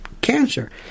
cancer